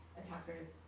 attackers